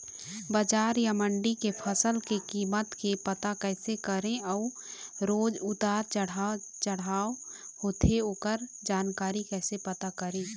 बजार या मंडी के फसल के कीमत के पता कैसे करें अऊ रोज उतर चढ़व चढ़व होथे ओकर जानकारी कैसे पता करें?